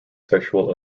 sexual